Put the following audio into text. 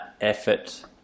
effort